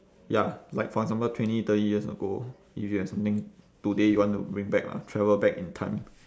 ya like for example twenty thirty years ago if you have something today you want to bring back lah travel back in time